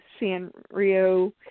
Sanrio